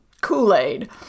Kool-Aid